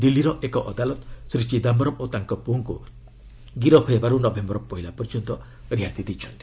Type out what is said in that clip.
ଦିଲ୍ଲୀର ଏକ ଅଦାଲତ ଶ୍ରୀ ଚିଦାୟରମ୍ ଓ ତାଙ୍କ ପୁଅଙ୍କୁ ଗିରଫ ହେବାରୁ ନଭେୟର ପହିଲା ପର୍ଯ୍ୟନ୍ତ ରିହାତି ଦେଇଛନ୍ତି